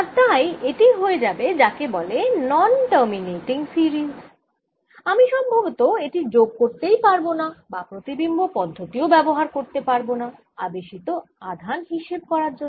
আর তাই এটি হয়ে যাবে যাকে বলে নন টার্মিনেটিং সিরিজ আমি সম্ভবত এটি যোগ করতে পারবনা বা প্রতিবিম্ব পদ্ধতি ও ব্যবহার করতে পারবনা আবেশিত আধান হিসেব করার জন্য